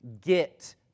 get